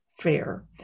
fair